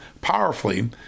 powerfully